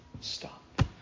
stop